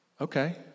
okay